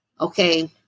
Okay